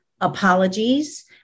apologies